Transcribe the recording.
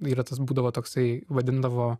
yra tas būdavo toksai vadindavo